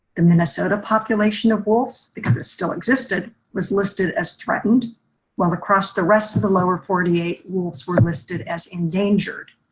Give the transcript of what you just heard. the minnesota population of wolves, because it's still existed was listed as threatened while across the rest of the lower forty eight wolves were listed as endangered.